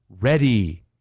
ready